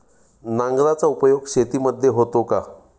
नांगराचा उपयोग शेतीमध्ये होतो का?